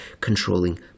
controlling